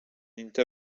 inte